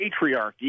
patriarchy